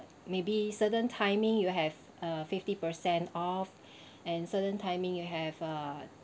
maybe certain timing you have a fifty percent off and certain timing you have a